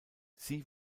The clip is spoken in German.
sie